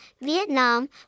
Vietnam